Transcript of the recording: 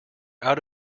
out